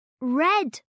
red